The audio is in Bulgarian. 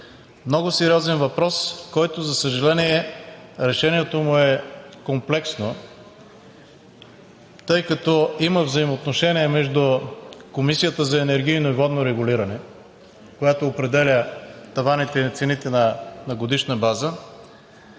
Много сериозен въпрос, който, за съжаление, решението му е комплексно, тъй като има взаимоотношения между Комисията за енергийно и водно регулиране, която определя таваните на цените на годишна база